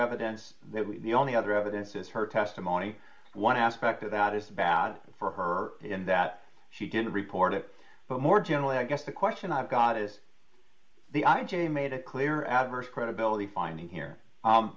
evidence that we the only other evidence is her testimony one aspect of that is bad for her in that she didn't report it but more generally i guess the question i've got is the i j a made it clear adverse credibility finding here